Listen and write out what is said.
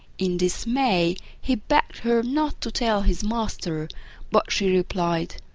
in dismay, he begged her not to tell his master but she replied,